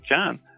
John